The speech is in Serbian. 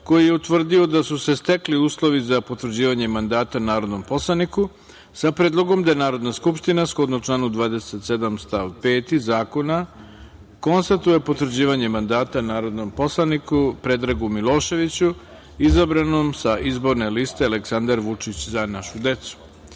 koji je utvrdio da su se stekli uslovi za potvrđivanje mandata narodnom poslaniku, sa predlogom da Narodna skupština, shodno članu 27. stav 5. Zakona, konstatuje potvrđivanje mandata narodnom poslaniku Predragu Miloševiću, izabranom sa izborne liste „Aleksandar Vučić – Za našu decu“.Na